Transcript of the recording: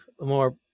more